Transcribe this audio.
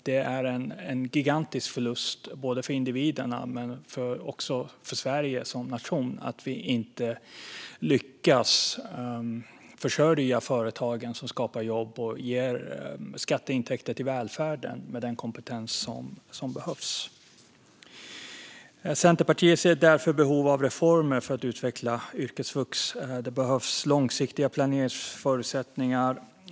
Det är en gigantisk förlust både för individerna och för Sverige som nation att vi inte lyckas försörja företagen som skapar jobb och ger skatteintäkter till välfärden med den kompetens som behövs. Centerpartiet ser därför behov av reformer för att utveckla yrkesvux. Det behövs långsiktiga planeringsförutsättningar.